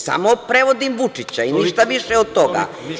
Samo prevodim Vučića i ništa više od toga.